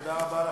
תודה רבה לך,